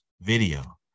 video